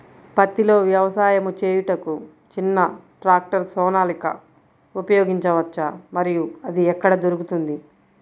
పత్తిలో వ్యవసాయము చేయుటకు చిన్న ట్రాక్టర్ సోనాలిక ఉపయోగించవచ్చా మరియు అది ఎక్కడ దొరుకుతుంది?